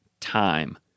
time